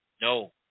No